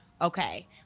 okay